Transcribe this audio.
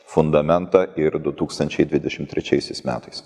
fundamentą ir du tūkstančiai dvidešim trečiaisiais metais